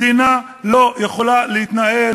מדינה לא יכולה להתנהל,